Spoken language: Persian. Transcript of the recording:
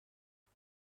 هیچ